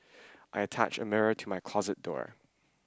I attached a mirror to my closet door